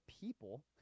people